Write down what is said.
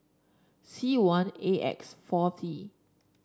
C one A X four T